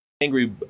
Angry